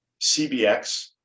CBX